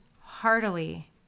heartily